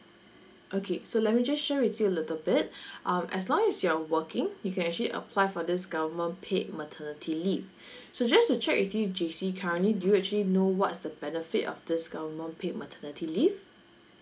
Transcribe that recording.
okay so let me just share with you a little bit um as long as you're working you can actually apply for this government paid maternity leave so just to check with you jacey currently do you actually know what's the benefit of this government paid maternity leave